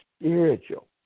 spiritual